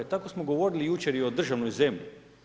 Tako smo govorili jučer i o državnoj zemlji.